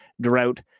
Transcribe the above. drought